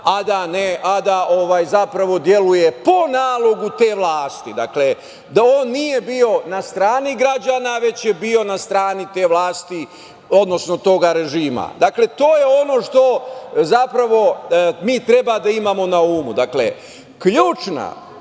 građana, a da zapravo deluje po nalogu te vlasti. Dakle, da on nije bio na strani građana, već je bio na strani te vlasti, odnosno tog režima. Dakle, to je ono što zapravo mi treba da imamo na umu. Dakle, ključna